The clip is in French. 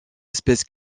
espèce